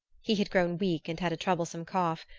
he had grown weak and had a troublesome cough,